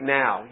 now